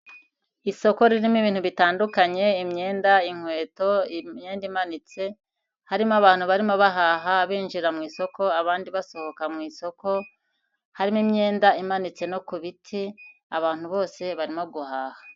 Isoko ririmo ibintu bitandukanye, imyenda, inkweto, imyenda imanitse, harimo abantu barimo bahaha binjira mu isoko, abandi basohoka mu isoko, harimo imyenda imanitse no ku biti, abantu bose barimo guhaha.